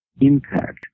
impact